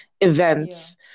events